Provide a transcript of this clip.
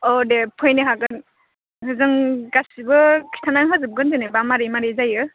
औ दे फैनो हागोन जों गासैबो खिन्थाना होजोबगोन जेनेबा माबोरै माबोरै जायो